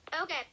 Okay